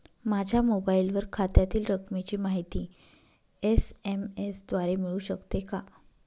माझ्या मोबाईलवर खात्यातील रकमेची माहिती एस.एम.एस द्वारे मिळू शकते का?